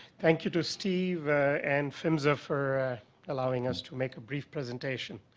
thank you to steve and phmsa for allowing us to make a brief presentation.